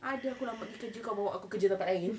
ah ada aku lambat pergi kerja kau bawa aku kerja tempat lain